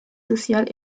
sociale